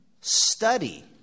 study